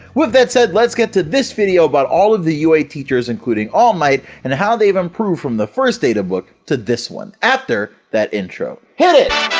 with all that said, let's get to this video about all of the ua teachers including all might, and how they've improved from the first databook to this one, after that intro. hit it!